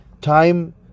time